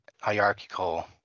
hierarchical